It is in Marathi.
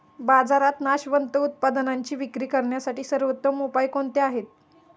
बाजारात नाशवंत उत्पादनांची विक्री करण्यासाठी सर्वोत्तम उपाय कोणते आहेत?